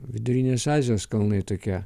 vidurinės azijos kalnai tokie